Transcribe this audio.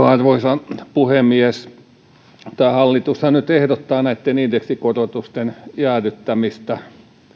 arvoisa puhemies hallitushan nyt ehdottaa indeksikorotusten jäädyttämistä